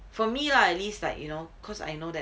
for me lah at least like you know because I know that